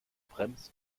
bremst